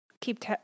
keep